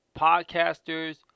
podcasters